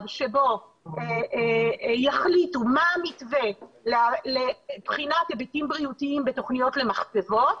שבו יחליטו מה המתווה לבחינת היבטים בריאותיים בתכניות למחצבות,